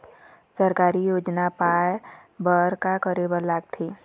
सरकारी योजना पाए बर का करे बर लागथे?